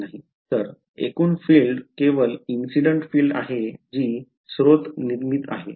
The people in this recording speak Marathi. तर एकूण फील्ड केवल इंसिडेन्ट फील्ड आहे जी स्रोत निर्मित आहे